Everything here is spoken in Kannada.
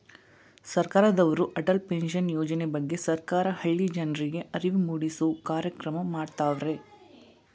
ಸರ್ಕಾರದವ್ರು ಅಟಲ್ ಪೆನ್ಷನ್ ಯೋಜನೆ ಬಗ್ಗೆ ಸರ್ಕಾರ ಹಳ್ಳಿ ಜನರ್ರಿಗೆ ಅರಿವು ಮೂಡಿಸೂ ಕಾರ್ಯಕ್ರಮ ಮಾಡತವ್ರೆ